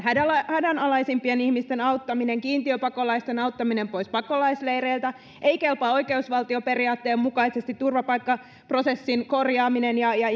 hädänalaisimpien ihmisten auttaminen kiintiöpakolaisten auttaminen pois pakolaisleireiltä ei kelpaa oikeusvaltioperiaatteen mukaisesti turvapaikkaprosessin korjaaminen ja ja